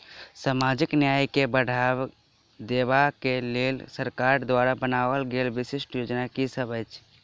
सामाजिक न्याय केँ बढ़ाबा देबा केँ लेल सरकार द्वारा बनावल गेल विशिष्ट योजना की सब अछि?